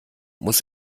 muss